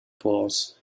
pools